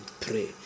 pray